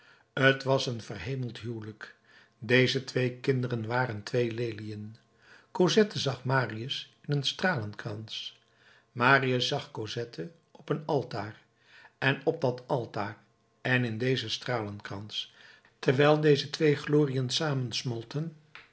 t was een verhemeld huwelijk deze twee kinderen waren twee leliën cosette zag marius in een stralenkrans marius zag cosette op een altaar en op dat altaar en in dezen stralenkrans terwijl deze twee gloriën samensmolten